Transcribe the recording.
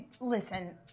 Listen